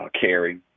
carry